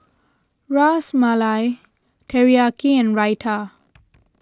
Ras Malai Teriyaki and Raita